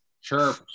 Sure